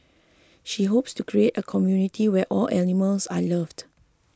she hopes to create a community where all animals are loved